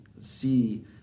see